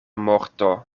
morto